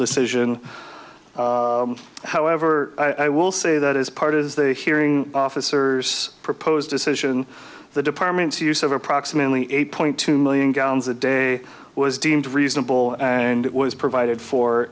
decision however i will say that is part is the hearing officers propose decision the department's use of approximately eight point two million gallons a day was deemed reasonable and it was provided for